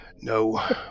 No